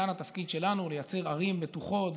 כאן התפקיד שלנו הוא לייצר ערים בטוחות,